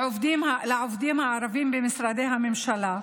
לעובדים הערבים במשרדי הממשלה,